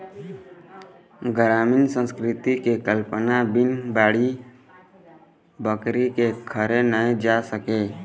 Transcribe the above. गरामीन संस्कृति के कल्पना बिन बाड़ी बखरी के करे नइ जा सके